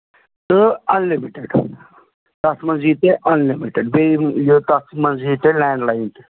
تہٕ اَنلِمٹِڈ تَتھ منٛز یہِ تہِ اَنلِمٹِڈ بیٚیہِ یِیو تَتھ منٛز یِیہِ تۅہہِ لینٛڈ لاین تہِ